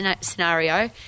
scenario